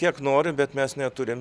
kiek norim bet mes neturim